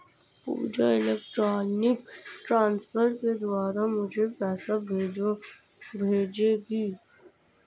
पूजा electronic transfer के द्वारा मुझें पैसा भेजेगी